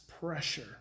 pressure